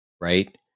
right